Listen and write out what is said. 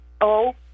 O-